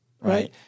right